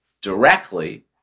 directly